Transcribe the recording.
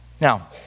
Now